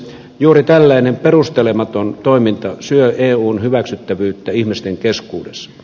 juuri tällainen perustelematon toiminta syö eun hyväksyttävyyttä ihmisten keskuudessa